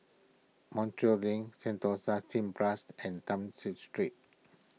Montreal Link Sentosa Cineblast and Townshend Street